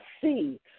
see